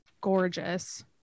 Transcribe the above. gorgeous